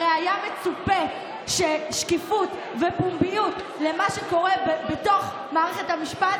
הרי היה מצופה ששקיפות ופומביות במה שקורה בתוך מערכת המשפט